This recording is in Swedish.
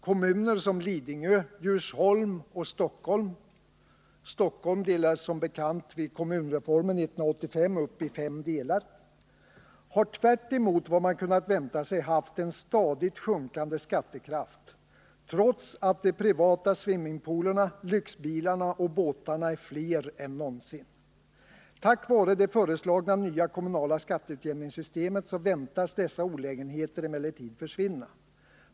Kommuner som Lidingö, Djursholm och Stockholm 1 har tvärtemot vad man kunnat vänta sig haft en stadigt sjunkande skattekraft, trots att de privata swimmingpoolerna, lyxbilarna och båtarna är fler än någonsin. Tack vare det föreslagna nya kommunala skatteutjämningssystemet väntas dessa olägenheter emellertid försvinna.